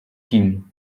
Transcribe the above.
kim